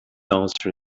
answer